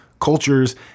cultures